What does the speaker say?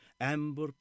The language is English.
amber